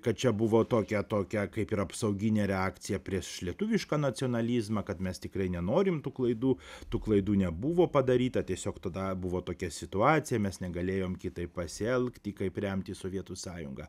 kad čia buvo tokia tokia kaip ir apsauginė reakcija prieš lietuvišką nacionalizmą kad mes tikrai nenorim tų klaidų tų klaidų nebuvo padaryta tiesiog tada buvo tokia situacija mes negalėjom kitaip pasielgti kaip remti sovietų sąjungą